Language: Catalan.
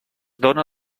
dóna